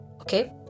okay